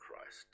Christ